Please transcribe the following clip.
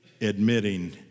admitting